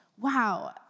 wow